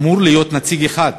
אמור להיות נציג אחד,